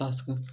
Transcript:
तास कऽ